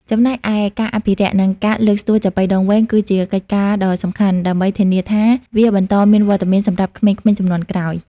ចំណែកឯ ការអភិរក្ស និងការលើកស្ទួយចាប៉ីដងវែង គឺជាកិច្ចការដ៏សំខាន់ដើម្បីធានាថាវាបន្តមានវត្តមានសម្រាប់ក្មេងៗជំនាន់ក្រោយ។